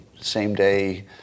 same-day